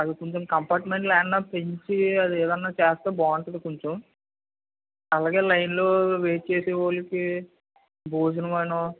అది కొంచెం కంపార్ట్మెంట్ ల్యాండ్లను పెంచి అది ఏదైనా చేస్తే బాగుంటుంది కొంచెం అలాగే లైన్లో వెయిట్ చేసే వాళ్ళకి భోజనం అను